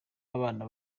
abana